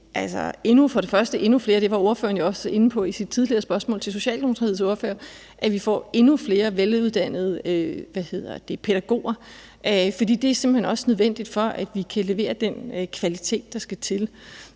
får sikret endnu flere – det var ordføreren også inde på i sit tidligere spørgsmål til Socialdemokratiets ordfører – veluddannede pædagoger, for det er simpelt hen også nødvendigt for, at vi kan levere den kvalitet, der skal til.